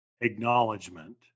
acknowledgement